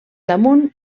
damunt